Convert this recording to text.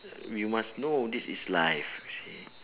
we must know this is life you see